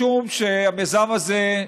משום שהמיזם הזה,